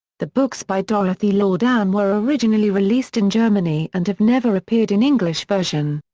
the books by dorothy laudan were originally released in germany and have never appeared in english version.